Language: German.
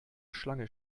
schlange